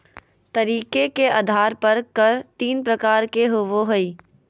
तरीके के आधार पर कर तीन प्रकार के होबो हइ